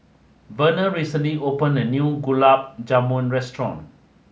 Verner recently opened a new Gulab Jamun Restaurant